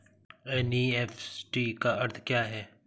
NEFT का अर्थ क्या है?